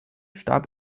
starb